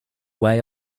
way